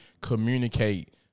Communicate